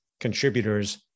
contributors